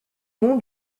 nom